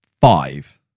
five